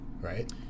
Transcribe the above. right